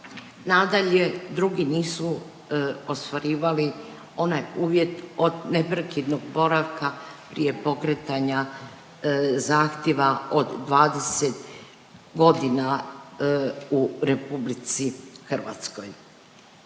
Nadalje, drugi nisu ostvarivali onaj uvjet neprekidnog boravka prije pokretanja zahtjeva od 20 godina u RH. Dakle,